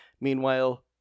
Meanwhile